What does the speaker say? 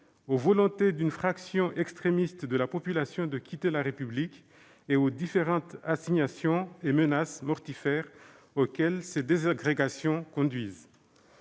aux volontés d'une fraction extrémiste de la population de quitter la République et aux différentes assignations et menaces mortifères auxquelles ces désagrégations conduisent.